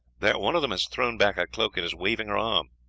there, one of them has thrown back her cloak and is waving her arm.